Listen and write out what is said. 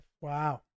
Wow